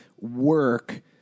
work